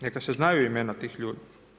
Neka se znaju imena tih ljudi.